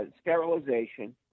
sterilization